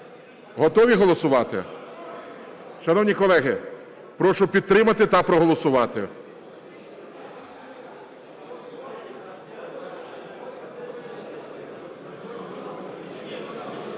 Готові голосувати? Шановні колеги, прошу підтримати та проголосувати.